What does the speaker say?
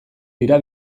dira